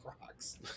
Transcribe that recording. rocks